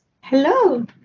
Hello